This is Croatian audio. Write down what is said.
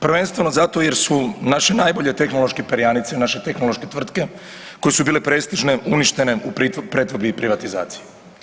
Prvenstveno zato jer su naše najbolje tehnološke perjanice, naše tehnološke tvrtke koje su bile prestižne uništene u pretvorbi i privatizaciji.